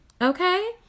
okay